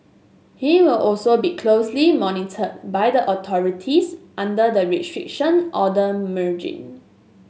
he will also be closely monitored by the authorities under the Restriction Order merge